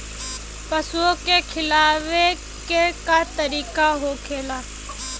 पशुओं के खिलावे के का तरीका होखेला?